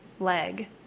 leg